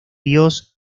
dios